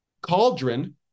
cauldron